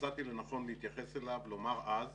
מצאתי לנכון להתייחס אליו, לומר אז,